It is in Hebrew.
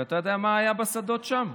אתה יודע מה היה בשדות שם?